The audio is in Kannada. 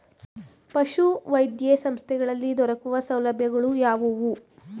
ಪಶುವೈದ್ಯ ಸಂಸ್ಥೆಗಳಲ್ಲಿ ದೊರೆಯುವ ಸೌಲಭ್ಯಗಳು ಯಾವುವು?